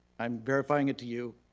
i'm verifying it to you.